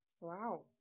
Wow